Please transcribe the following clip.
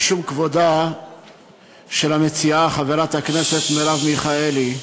משום כבודה של המציעה חברת הכנסת מרב מיכאלי,